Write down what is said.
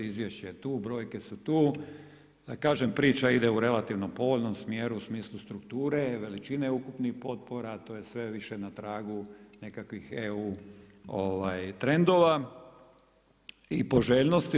Izvješće je tu, brojke su tu, a kažem priča ide u povoljnom smjeru u smislu strukture, veličine ukupnih potpora, a to je sve više na tragu nekakvih EU trendova i poželjnosti.